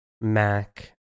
Mac